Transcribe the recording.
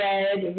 Red